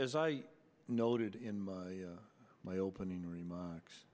as i noted in my my opening remarks